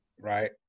right